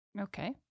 Okay